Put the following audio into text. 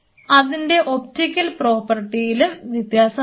അതിൻറെ ഒപ്റ്റിക്കൽ പ്രോപ്പർട്ടിയിലും വ്യത്യാസം വരും